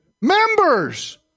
Members